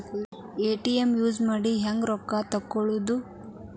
ATM use ಮಾಡಿ ರೊಕ್ಕ ಹೆಂಗೆ ತಕ್ಕೊಳೋದು?